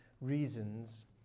reasons